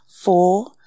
four